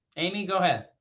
amy, go ahead.